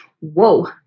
Whoa